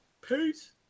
peace